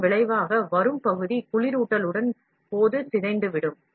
இதன் விளைவாக வரும் பகுதி குளிரூட்டலின் போது சிதைந்துவிடும்